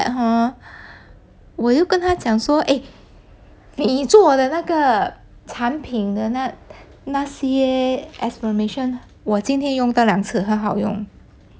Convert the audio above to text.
then hor 我就跟他讲说诶你做我的那个产品的那那些 affirmation 我今天用到两次很好用